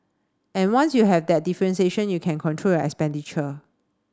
and once you have that differentiation you can control your expenditure